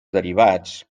derivats